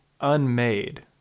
unmade